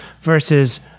versus